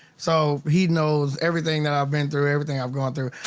so he knows everything that i've been through, everything i've gone through.